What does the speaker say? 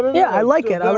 yeah i like it.